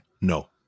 No